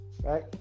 right